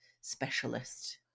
specialist